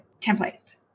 templates